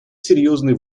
серьезный